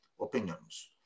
opinions